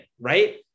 right